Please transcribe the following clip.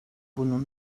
bunun